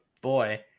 boy